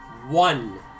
one